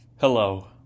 Hello